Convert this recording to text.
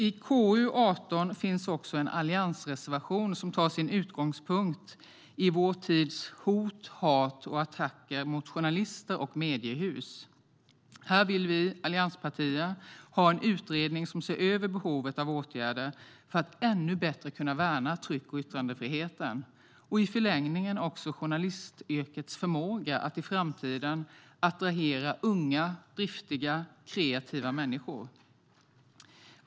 I KU18 finns också en alliansreservation som tar sin utgångspunkt i vår tids hot, hat och attacker mot journalister och mediehus. Här vill vi allianspartier ha en utredning som ser över behovet av åtgärder för att ännu bättre kunna värna tryck och yttrandefriheten och i förlängningen också journalistyrkets förmåga att i framtiden attrahera unga, driftiga, kreativa människor.